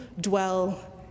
dwell